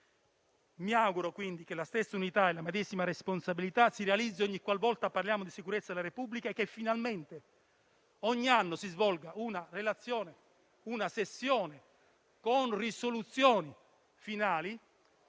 Mi auguro, quindi, che la stessa unità e la medesima responsabilità si realizzino ogniqualvolta parliamo di sicurezza alla Repubblica e che finalmente ogni anno si svolga una relazione, con una sessione con risoluzioni finali,